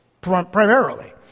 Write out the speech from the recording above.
primarily